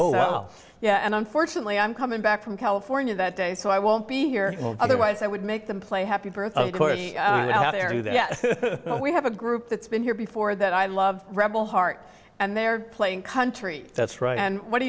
oh yeah and unfortunately i'm coming back from california that day so i won't be here otherwise i would make them play happy birthday there you know we have a group that's been here before that i love rebel heart and they're playing country that's right and what do